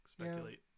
Speculate